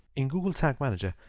in google tag manager,